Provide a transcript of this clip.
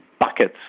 buckets